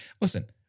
listen